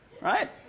Right